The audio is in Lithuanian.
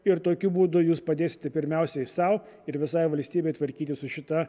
ir tokiu būdu jūs padėsite pirmiausiai sau ir visai valstybei tvarkytis su šita